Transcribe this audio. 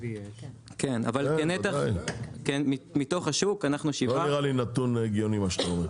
לא נראה לי נתון הגיוני מה שאתה אומר.